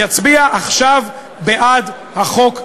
יצביע עכשיו בעד החוק הזה.